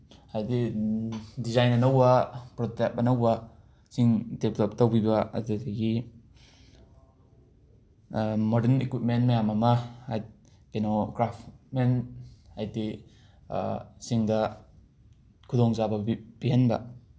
ꯍꯥꯏꯗꯤ ꯗꯤꯖꯥꯏꯟ ꯑꯅꯧꯕ ꯄ꯭ꯔꯣꯇꯦꯞ ꯑꯅꯧꯕꯁꯤꯡ ꯗꯤꯕ꯭ꯂꯞ ꯇꯧꯕꯤꯕ ꯑꯗꯨꯗꯒꯤ ꯃꯣꯗ꯭ꯔꯟ ꯏꯀ꯭ꯋꯤꯞꯃꯦꯟ ꯃꯌꯥꯝ ꯑꯃ ꯀꯩꯅꯣ ꯀ꯭ꯔꯥꯐꯃꯦꯟ ꯍꯥꯏꯗꯤ ꯁꯤꯡꯗ ꯈꯨꯗꯣꯡ ꯆꯥꯕ ꯄꯤꯍꯟꯕ